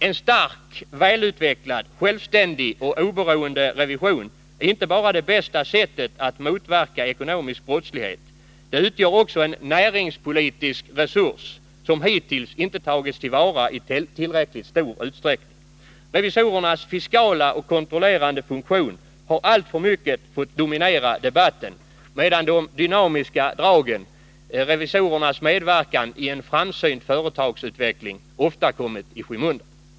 En stark, välutvecklad, självständig och oberoende revision är inte bara det bästa sättet att motverka ekonomisk brottslighet, utan det utgör också en näringspolitisk resurs som hittills inte tagits till vara i tillräckligt stor utsträckning. Revisorernas fiskala och kontrollerande funktion har alltför mycket fått dominera debatten, medan de dynamiska inslagen — revisorernas medverkan i en framsynt företagsutveckling — ofta kommit i skymundan.